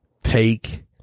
Take